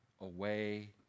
away